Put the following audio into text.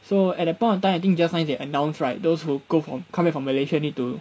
so at that point of time I think just nice they announced right those who go for come back from malaysia need to